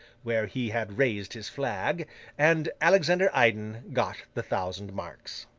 where he had raised his flag and alexander iden got the thousand marks.